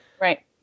Right